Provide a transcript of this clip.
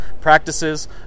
practices